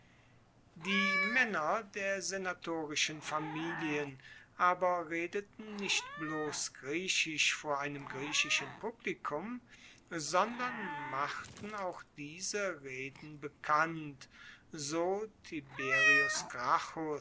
die maenner der senatorischen familien aber redeten nicht bloss griechisch vor einem griechischen publikum sondern machten auch diese reden bekannt so